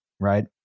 Right